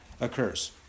occurs